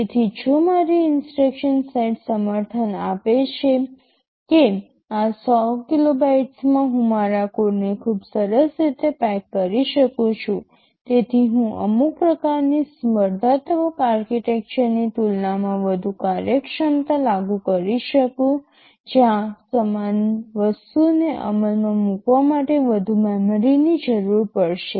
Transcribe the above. તેથી જો મારી ઇન્સટ્રક્શન સેટ સમર્થન આપે છે કે આ 100 કિલોબાઇટ્સમાં હું મારા કોડને ખૂબ સરસ રીતે પેક કરી શકું છું જેથી હું અમુક પ્રકારની સ્પર્ધાત્મક આર્કિટેક્ચરની તુલનામાં વધુ કાર્યક્ષમતા લાગુ કરી શકું જ્યાં સમાન વસ્તુને અમલમાં મૂકવા માટે વધુ મેમરીની જરૂર પડશે